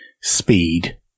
speed